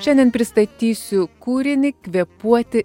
šiandien pristatysiu kūrinį kvėpuoti